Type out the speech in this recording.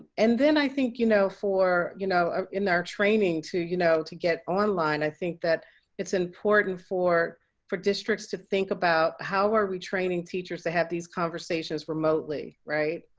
and then i think, you know, for you know ah in our training, you know, to get online. i think that it's important for for districts to think about how are we training teachers to have these conversations remotely right?